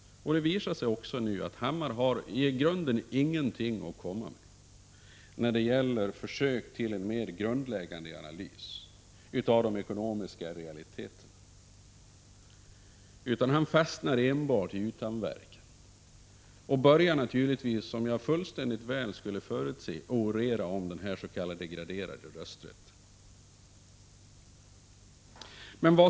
Det visar sig också nu att Bo Hammar i grunden ingenting har att komma med när det gäller försök till en mer grundläggande analys av de ekonomiska realiteterna. Bo Hammar fastnar i utanverken och börjar naturligtvis, som jag alldeles säkert kunde förutse, orera om den s.k. graderade rösträtten.